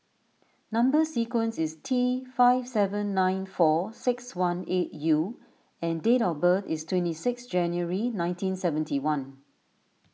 Number Sequence is T five seven nine four six one eight U and date of birth is twenty six January nineteen seventy one